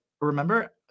remember